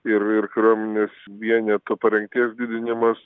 ir ir kariuomenės vieneto parengties didinimas